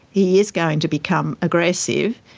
he is going to become aggressive,